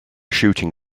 shooting